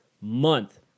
month